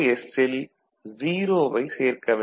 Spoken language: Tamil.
ல் 0 வை சேர்க்க வேண்டும்